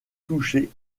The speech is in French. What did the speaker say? touchées